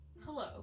Hello